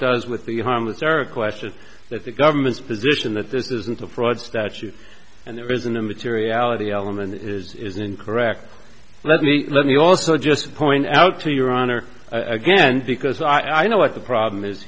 does with the harmless error question that the government's position that this isn't a fraud statute and there isn't a materiality element is incorrect let me let me also just point out to your honor again because i know what the problem is